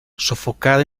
sofocada